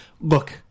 look